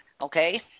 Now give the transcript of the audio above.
Okay